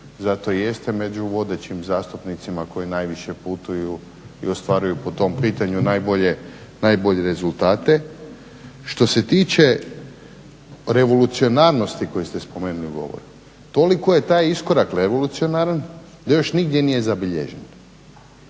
zato i jeste među vodećim zastupnicima koji najviše putuju i ostvaruju po tom pitanju najbolje rezultate. Što se tiče revolucionarnosti koju ste spomenuli u govoru. Toliko je taj iskorak revolucionaran da još nigdje nije zabilježen.